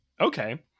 Okay